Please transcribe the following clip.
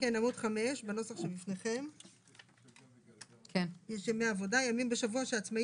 עמ' 5. "ימי עבודה" ימים בשבוע שהעצמאי